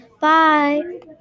Bye